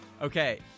Okay